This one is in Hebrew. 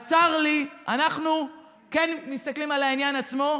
אז צר לי, אנחנו כן מסתכלים על העניין עצמו.